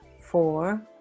four